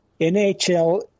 NHL